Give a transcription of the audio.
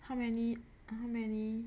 how many how many